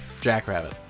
jackrabbit